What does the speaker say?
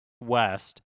West